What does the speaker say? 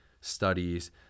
studies